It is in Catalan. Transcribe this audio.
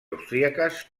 austríaques